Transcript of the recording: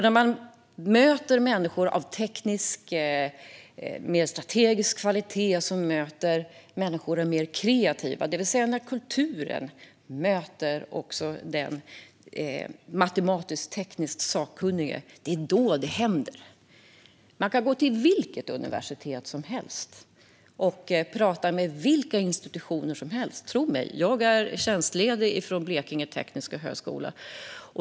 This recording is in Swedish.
När människor med teknisk och strategisk kvalitet möter människor som är mer kreativa, alltså när kulturen möter den matematisk-tekniska sakkunskapen - det är då det händer. Man kan gå till vilket universitet som helst och tala med vilka institutioner som helst. Tro mig, jag är tjänstledig från Blekinge tekniska högskola.